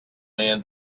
man